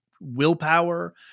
willpower